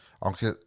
Aunque